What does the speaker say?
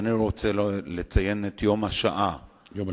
כאילו בשאר ימות השנה יש לאותה משפחה איך להסב לשולחן הרגיל,